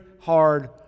hard